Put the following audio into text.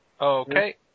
Okay